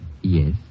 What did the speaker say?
Yes